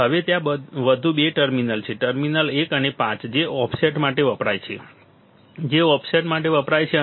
હવે ત્યાં વધુ બે ટર્મિનલ છે ટર્મિનલ 1 અને 5 જે ઓફસેટ માટે વપરાય છે જે ઓફસેટ માટે વપરાય છે